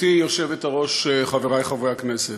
גברתי היושבת-ראש, חברי חברי הכנסת,